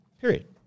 Period